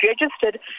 registered